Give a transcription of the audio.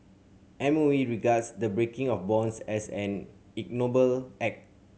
M O E regards the breaking of bonds as an ignoble act